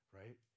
right